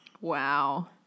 Wow